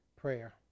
prayer